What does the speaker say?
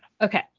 Okay